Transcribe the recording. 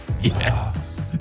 Yes